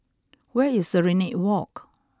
where is Serenade Walk